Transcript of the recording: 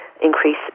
increase